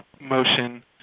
motion